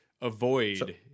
avoid